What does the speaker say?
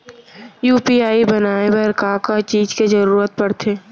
UPI बनाए बर का का चीज के जरवत पड़थे?